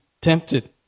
tempted